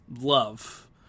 love